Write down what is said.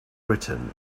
written